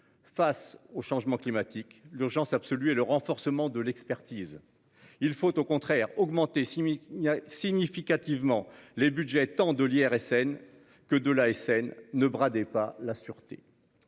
face au changement climatique, l'urgence absolue et le renforcement de l'expertise, il faut au contraire augmenter si il a significativement les Budgets tant de l'IRSN que de l'ASN ne bradé pas la sûreté.